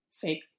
fake